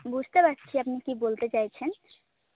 বুঝতে পারছি আপনি কী বলতে চাইছেন